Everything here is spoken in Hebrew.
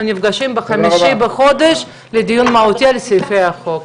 אנחנו נפגשים ב-5 בחודש לדיון מהותי על סעיפי החוק.